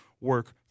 work